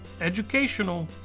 educational